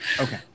Okay